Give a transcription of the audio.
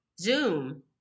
Zoom